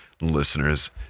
listeners